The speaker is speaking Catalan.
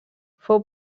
fou